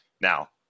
Now